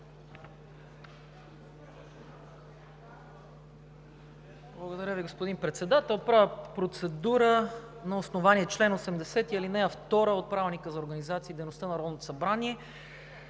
Благодаря Ви, господин Председател. Правя процедура: на основание чл. 80, ал. 2 от Правилника за организацията и дейността на Народното събрание